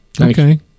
okay